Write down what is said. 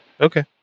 Okay